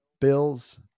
Bills